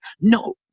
no